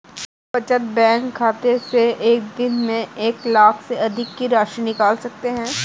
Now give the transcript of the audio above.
क्या बचत बैंक खाते से एक दिन में एक लाख से अधिक की राशि निकाल सकते हैं?